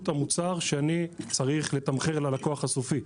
המוצר שאני צריך לתמחר ללקוח הסופי.